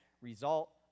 result